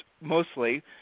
mostly